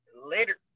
Later